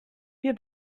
wir